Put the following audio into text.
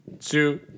Two